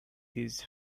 his